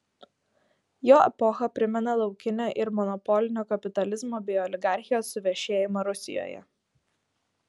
jo epocha primena laukinio ir monopolinio kapitalizmo bei oligarchijos suvešėjimą rusijoje